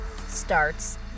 starts